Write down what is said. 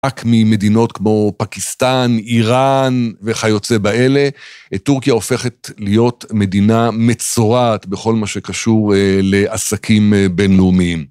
רק ממדינות כמו פקיסטן, איראן וכיוצא באלה, טורקיה הופכת להיות מדינה מצורעת בכל מה שקשור לעסקים בינלאומיים.